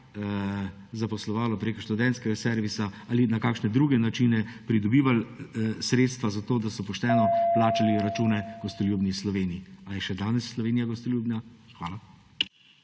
zaposlovalo preko študentskega servisa ali pa so na kakšne druge načine pridobivali sredstva za to, da so pošteno plačali račune gostoljubni Sloveniji. A je še danes Slovenija gostoljubna? Hvala.